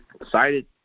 excited